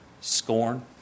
Scorn